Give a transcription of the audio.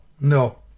no